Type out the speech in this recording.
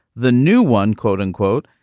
the new one, quote unquote,